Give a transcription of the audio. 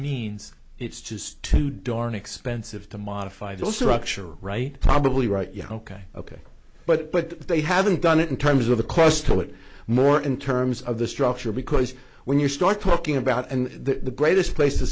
means it's just too darn expensive to modify those rupture right probably right yeah ok ok but but they haven't done it in terms of the cost to it more in terms of the structure because when you start talking about the greatest place to